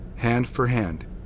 hand-for-hand